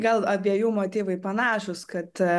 gal abiejų motyvai panašūs kad